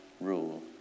rule